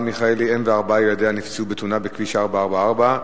מיכאלי: אם וארבעת ילדיה נפצעו בתאונה בכביש 444,